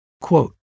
quote